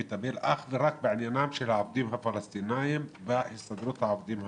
אני מטפל אך ורק בעניינם של העובדים הפלסטינים בהסתדרות העובדים החדשה.